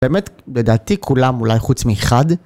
באמת, לדעתי כולם אולי חוץ מאחד.